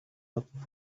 working